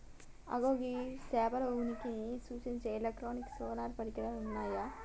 అగో గీ సేపల ఉనికిని సూచించే ఎలక్ట్రానిక్ సోనార్ పరికరాలు ఉన్నయ్యి